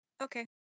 Okay